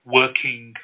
working